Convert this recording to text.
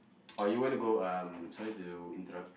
or you want to go um sorry to interrupt